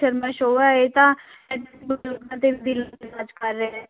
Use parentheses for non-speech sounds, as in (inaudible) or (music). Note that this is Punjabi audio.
ਸ਼ਰਮਾ ਸ਼ੋਅ ਹੈ ਇਹ ਤਾਂ (unintelligible) ਦਿਲ 'ਤੇ ਰਾਜ ਕਰ ਰਹੇ ਨੇ